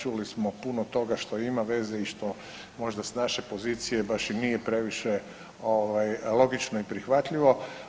Čuli smo puno toga što ima veze i što možda s naše pozicije baš i nije previše ovaj logično i prihvatljivo.